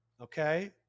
okay